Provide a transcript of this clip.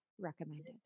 recommended